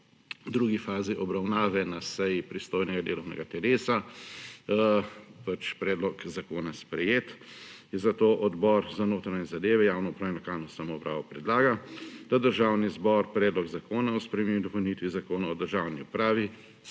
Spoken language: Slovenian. drugi fazi obravnave na seji pristojnega delovnega telesa pač predlog zakona sprejet, zato Odbor za notranje zadeve, javno upravo in lokalno samoupravo predlaga, da Državni zbor Predlog zakona o spremembi in dopolnitvi Zakona o državni upravi